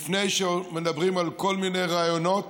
לפני שמדברים על כל מיני רעיונות,